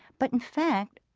but in fact,